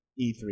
e3